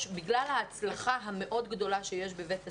בגלל ההצלחה המאוד גדולה שיש בבית הספר,